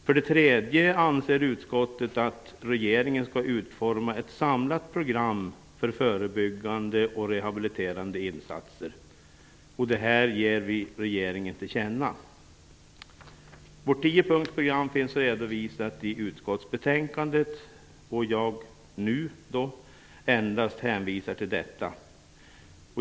För det tredje anser utskottet att regeringen skall utforma ett samlat program för förebyggande och rehabiliterande insats. Det här ger vi regeringen till känna. Vårt tiopunktsprogram finns redovisat i utskottsbetänkandet och jag hänvisar nu endast till detta.